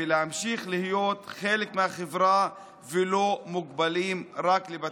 ולהמשיך להיות חלק מהחברה ולא מוגבלים רק לבתיהם.